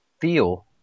feel